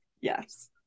Yes